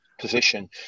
Position